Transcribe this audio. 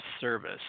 service